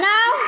Now